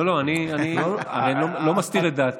לא, לא, אני לא מסתיר את דעתי.